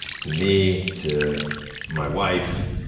to me, to my wife,